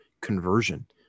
conversion